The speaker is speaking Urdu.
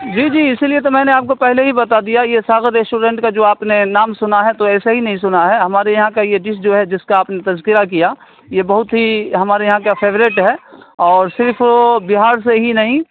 جی جی اسی لیے تو میں نے آپ کو پہلے ہی بتا دیا یہ ساگر ریسٹورینٹ کا جو آپ نے نام سنا ہے تو ایسے ہی نہیں سنا ہے ہمارے یہاں کا یہ ڈش جو ہے جس کا آپ نے تذکرہ کیا یہ بہت ہی ہمارے یہاں کا فیوریٹ ہے اور صرف بہار سے ہی نہیں